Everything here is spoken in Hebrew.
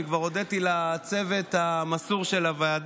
אני כבר הודיתי לצוות המסור של הוועדה,